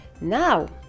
Now